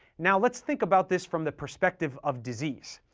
now let's think about this from the perspective of disease.